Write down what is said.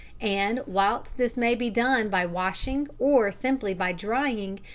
and, whilst this may be done by washing or simply by drying,